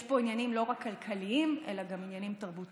יש פה לא רק עניינים כלכליים אלא גם עניינים תרבותיים,